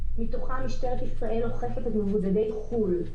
מתוכם משטרת ישראל אוכפת את מבודדי חו"ל.